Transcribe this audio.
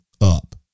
up